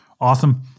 Awesome